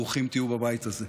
ברוכים תהיו בבית הזה.